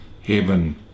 heaven